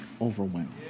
overwhelmed